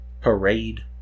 Parade